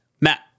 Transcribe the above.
Matt